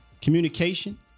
communication